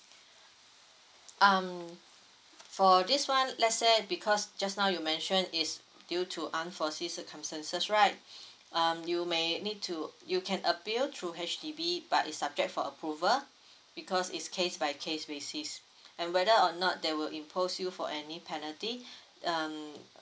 um for this one let's say because just now you mention is due to unforeseen circumstances right um you may need to you can appeal through H_D_B but is subject for approval because it's case by case basis and whether or not they will impose you for any penalty um